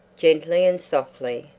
gently and softly,